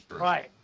Right